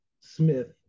Smith